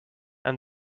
and